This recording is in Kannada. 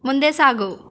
ಮುಂದೆ ಸಾಗು